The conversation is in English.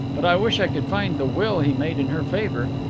but i wish i could find the will he made in her favour.